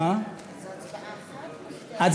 זו הצבעה אחת על שני הפיצולים?